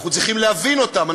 אנחנו צריכים להבין אותם,